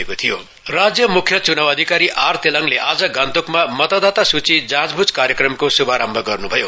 electoral verification राज्य मुख्य चुनाउ अधिकारी आर तेलाङले आज गान्तोकमा मतदातासुची जाँचबुझ कार्यक्रमको शुभारम्भ गर्नुभयो